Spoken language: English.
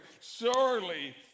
Surely